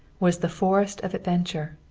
was the forest of adventure.